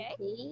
Okay